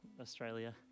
Australia